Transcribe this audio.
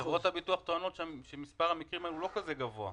חברות הביטוח טוענות שמספר המקרים הוא לא כל כך גבוה.